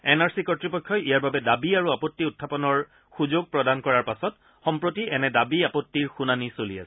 N R C কৰ্তৃপক্ষই ইয়াৰ বাবে দাবী আৰু আপত্তি উখাপনৰ সুযোগ প্ৰদান কৰাৰ পাছত সম্প্ৰতি এনে দাবী আপভিৰ শুনানি চলি আছে